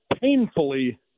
painfully